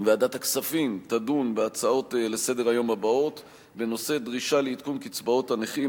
ועדת הכספים תדון בנושאים: דרישה לעדכון קצבאות הנכים,